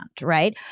right